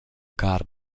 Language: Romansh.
car